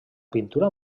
pintura